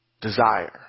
Desire